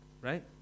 right